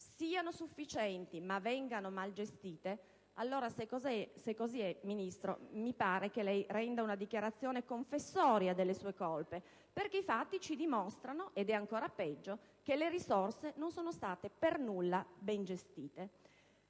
siano sufficienti ma vengano mal gestite, allora, Ministro, mi pare che lei renda una dichiarazione confessoria delle sue colpe, perché i fatti ci dimostrano - ed è ancora peggio - che le risorse non sono state per nulla ben gestite.